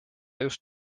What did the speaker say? just